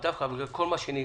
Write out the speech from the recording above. תדע לך שכל מה שנימקת,